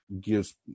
gives